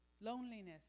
Loneliness